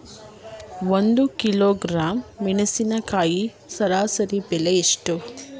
ಒಂದು ಕಿಲೋಗ್ರಾಂ ಮೆಣಸಿನಕಾಯಿ ಸರಾಸರಿ ಬೆಲೆ ಎಷ್ಟು?